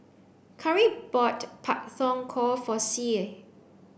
Khari bought Pak Thong Ko for Sie